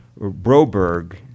Broberg